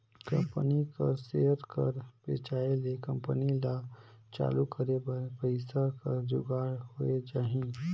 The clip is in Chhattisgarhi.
कंपनी कर सेयर कर बेंचाए ले कंपनी ल चालू करे बर पइसा कर जुगाड़ होए जाही